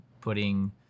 putting